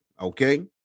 okay